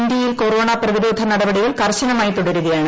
ഇന്ത്യയിൽ കൊറോണ പ്രതിരോധ നടപടികൾ കർശനമായി തുടരുകയാണ്